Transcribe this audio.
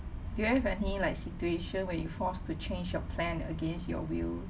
do you have any like situation where you're forced to change your plan against your will